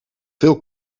veel